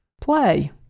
play